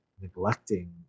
neglecting